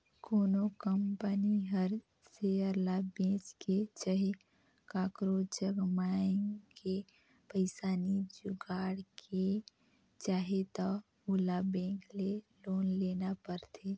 कोनो कंपनी हर सेयर ल बेंच के चहे काकरो जग मांएग के पइसा नी जुगाड़ के चाहे त ओला बेंक ले लोन लेना परथें